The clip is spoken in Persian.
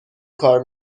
کار